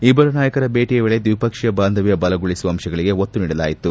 ಇಬ್ಬರು ನಾಯಕರ ಭೇಟಿಯ ವೇಳೆ ದ್ವಿಪಕ್ಷೀಯ ಬಾಂಧವ್ಯ ಬಲಗೊಳಿಸುವ ಅಂಶಗಳಿಗೆ ಒತ್ತು ನೀಡಲಾಯಿತು